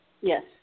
Yes